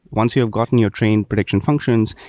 once you have gotten your train prediction functions,